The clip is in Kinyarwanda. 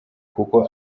kuko